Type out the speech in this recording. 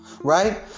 right